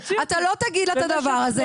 אתה לא תגיד לה את הדבר הזה,